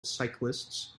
cyclists